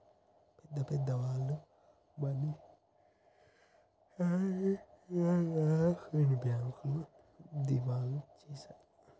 పెద్ద పెద్ద వాళ్ళు మనీ లాండరింగ్ చేయడం వలన కొన్ని బ్యాంకులు దివాలా తీశాయి